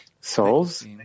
souls